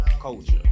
culture